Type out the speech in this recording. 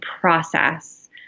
process